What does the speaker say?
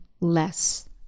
less